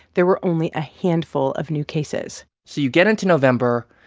there were only a handful of new cases so you get into november.